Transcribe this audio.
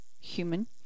human